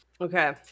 Okay